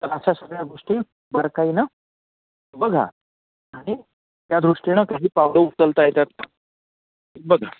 तर अशा सगळ्या गोष्टी बारकाईनं बघा आणि त्या दृष्टीनं काही पावलं उचलता येतात का बघा